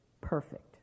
perfect